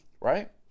Right